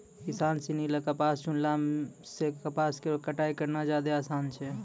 किसान सिनी ल कपास चुनला सें कपास केरो कटाई करना जादे आसान छै